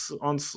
on